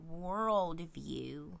worldview